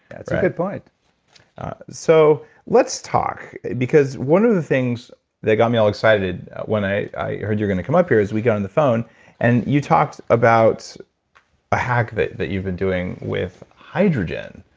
that's a good point so let's talk, because one of the things that got me all excited when i i heard you're going to come up here is we got on the phone and you talked about a hack that that you've been doing with hydrogen.